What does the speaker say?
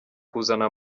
kuzana